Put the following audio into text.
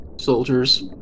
soldiers